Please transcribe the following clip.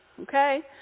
Okay